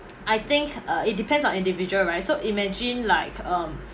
I think uh it depends on individual right so imagine like um